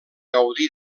gaudí